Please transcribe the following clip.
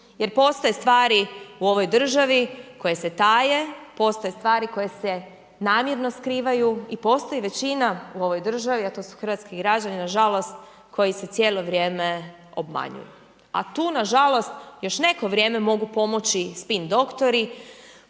jer postoje stvari u ovoj državi koje se taje, postoje stvari koje se namjerno skrivaju i postoji većina u ovoj državi a to su hrvatski građani nažalost, koji se cijelo vrijeme obmanjuju. A tu nažalost još neko vrijeme mogu pomoći spin doktori,